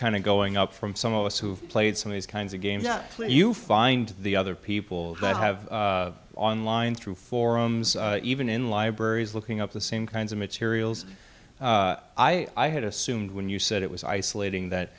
of going up from some of us who've played some of these kinds of games that you find the other people that have online through forums even in libraries looking up the same kinds of materials i had assumed when you said it was isolating that